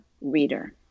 reader